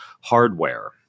hardware